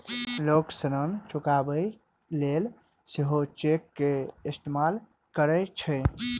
लोग ऋण चुकाबै लेल सेहो चेक के इस्तेमाल करै छै